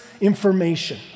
information